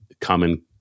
common